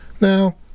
Now